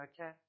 Okay